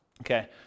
Okay